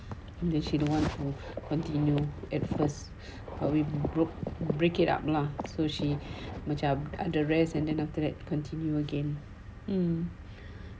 the cheat one of continue at first we broke break it up lah so she macam ada rest and then after that continue again um